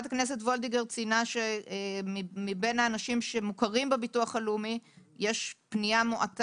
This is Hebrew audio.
דאגנו כשבנאדם מקבל את המכתב מביטוח לאומי וכתוב בו אחוזי